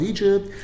Egypt